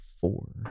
four